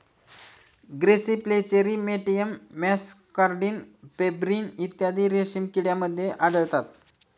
grasserie flacherie मॅटियन muscardine pebrine इत्यादी रेशीम किड्यांमध्ये आढळतात